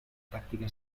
táctica